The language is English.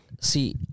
See